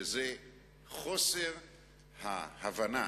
וזה חוסר ההבנה